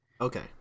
Okay